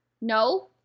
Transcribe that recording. No